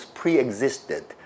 pre-existed